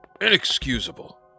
Inexcusable